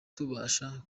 babasha